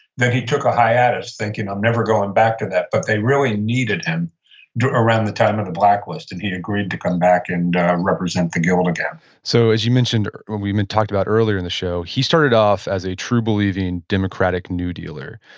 then he took a hiatus, thinking, i'm never going back to that. but they really needed him around the time of the blacklist. blacklist. and he agreed to come back and represent the guild again so, as you mentioned, we even talked about earlier in the show, he started off as a true-believing democratic new dealer.